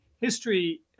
history